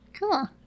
Cool